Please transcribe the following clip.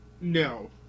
no